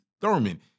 Thurman